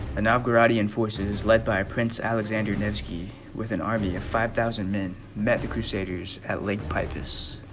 a novgorodian forces led by a prince alexander nevsky with an army of five thousand men met the crusaders at lake peipus